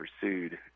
pursued